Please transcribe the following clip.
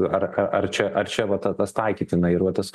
ar a ar čia ar čia va ta tas taikytina ir va tas